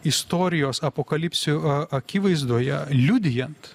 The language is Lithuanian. istorijos apokalipsių akivaizdoje liudijant